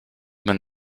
when